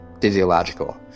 physiological